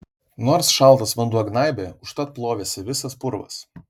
nors šaltas vanduo gnaibė užtat plovėsi visas purvas